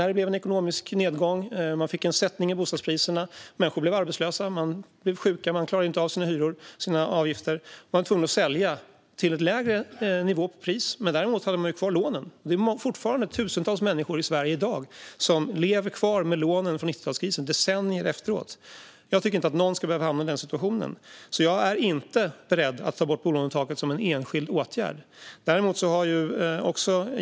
Det blev en ekonomisk nedgång, man fick en sättning i bostadspriserna och människor blev arbetslösa. När människor blev sjuka och inte klarade av att betala sina hyror och avgifter blev de tvungna att sälja till ett lägre pris. Men de hade kvar de höga lånen. Det finns tusentals människor i Sverige som fortfarande i dag, decennier efter, lever kvar med lånen från 90-talskrisen. Jag tycker inte att någon ska behöva hamna i den situationen och är därför inte beredd att som enskild åtgärd ta bort bolånetaket.